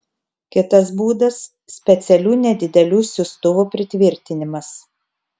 kitas būdas specialių nedidelių siųstuvų pritvirtinimas